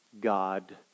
God